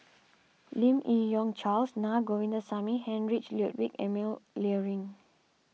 Lim Yi Yong Charles Na Govindasamy and Heinrich Ludwig Emil Luering